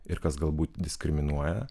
ir kas galbūt diskriminuoja